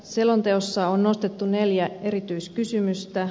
selonteossa on nostettu esiin neljä erityiskysymystä